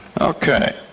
Okay